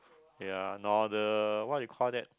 ya or the what you call that